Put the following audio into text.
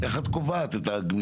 איך את קובעת את הגמישות?